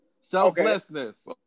Selflessness